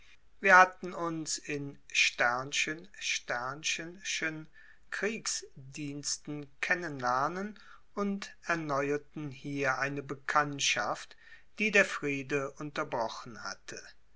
wir hatten uns in schen kriegsdiensten kennenlernen und erneuerten hier eine bekanntschaft die der friede unterbrochen hatte